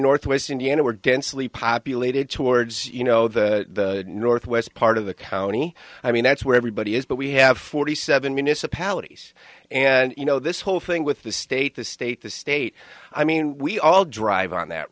northwest indiana we're densely populated towards you know the northwest part of the county i mean that's where everybody is but we have forty seven municipalities and you know this whole thing with the state the state the state i mean we all drive on that